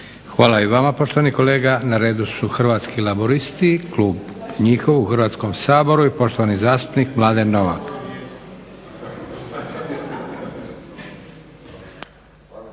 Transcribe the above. Hvala i vama poštovani kolega. Na redu su Hrvatski laburisti klub njihov u Hrvatskom saboru i poštovani zastupnik Mladen Novak.